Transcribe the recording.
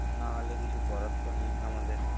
না হলে কিছু করার তো নেই আমাদের